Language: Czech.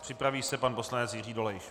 Připraví se pan poslanec Jiří Dolejš.